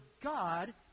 God